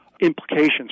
implications